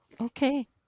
Okay